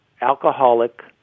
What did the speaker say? alcoholic